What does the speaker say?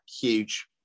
Huge